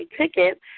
ticket